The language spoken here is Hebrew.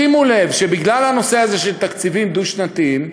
שימו לב שבגלל הנושא הזה של תקציבים דו-שנתיים,